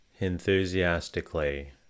Enthusiastically